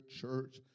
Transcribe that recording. Church